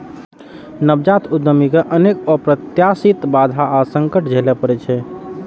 नवजात उद्यमी कें अनेक अप्रत्याशित बाधा आ संकट झेलय पड़ै छै